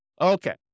Okay